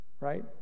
Right